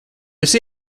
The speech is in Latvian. esi